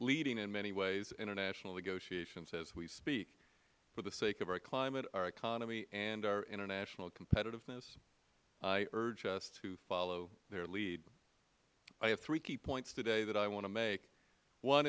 leading in many ways the international negotiations as we speak for the sake of our climate our economy and our international competitiveness i urge us to follow their lead i have three key points today that i want to make one